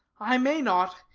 i may not.